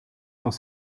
dans